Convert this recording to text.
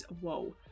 whoa